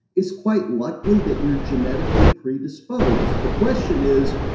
its quite likely that you're genetically predisposed. the question is,